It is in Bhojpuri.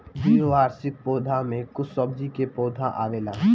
द्विवार्षिक पौधा में कुछ सब्जी के पौधा आवेला